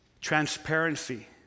transparency